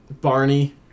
Barney